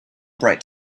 bright